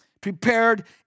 prepared